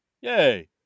Yay